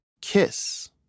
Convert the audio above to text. Kiss